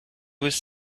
was